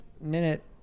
Minute